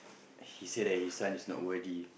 he said that his son is not worthy